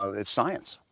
ah it's science,